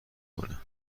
کنه